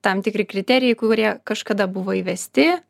tam tikri kriterijai kurie kažkada buvo įvesti